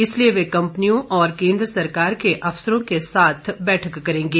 इसलिए वे कंपनियों और केंद्र सरकार के अफसरों के साथ बैठक करेंगे